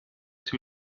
too